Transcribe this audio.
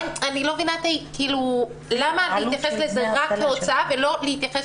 אני לא מבינה למה להתייחס לזה רק כהוצאה ולא להתייחס